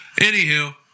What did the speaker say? anywho